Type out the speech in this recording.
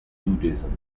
buddhism